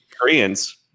koreans